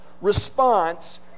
response